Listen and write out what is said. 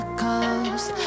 coast